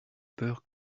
peur